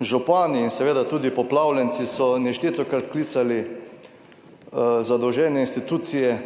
Župani in seveda tudi poplavljenci so neštetokrat klicali zadolžene institucije,